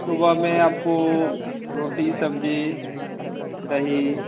सुबह में आपको रोटी सब्जी दही